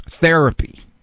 Therapy